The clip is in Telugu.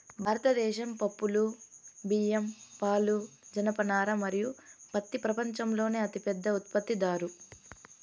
భారతదేశం పప్పులు, బియ్యం, పాలు, జనపనార మరియు పత్తి ప్రపంచంలోనే అతిపెద్ద ఉత్పత్తిదారు